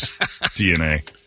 DNA